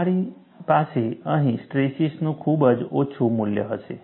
તમારી પાસે અહીં સ્ટ્રેસીસનું ખૂબ જ ઓછું મૂલ્ય હશે